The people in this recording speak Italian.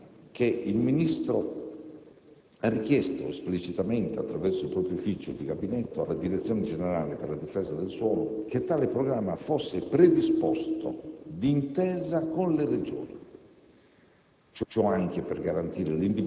Si segnala che il Ministro ha richiesto esplicitamente, attraverso il proprio Ufficio di gabinetto, alla Direzione generale per la difesa del suolo che tale programma fosse predisposto d'intesa con le Regioni.